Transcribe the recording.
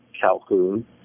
Calhoun